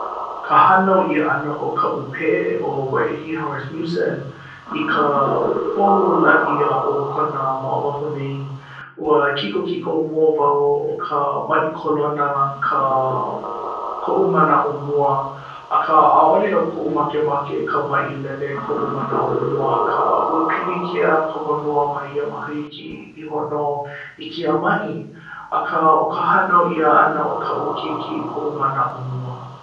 ka hānau ʻia ʻana o kaʻu pē ʻo waiahi hao-rasmussen i ka pohu laʻi aʻo kona ma oʻahu nei ua kikokiko mua wau ʻo ka maʻi kolona ka koʻu manaʻo mua akā ʻaʻale o koʻu makemake ka maʻi lele koʻu manaʻo mua akā ua pilikia ka honua ma ia makahiki iho nō i kēia maʻi akā ʻo ka hānau ʻia ʻana o kaʻu keiki koʻu manaʻo mua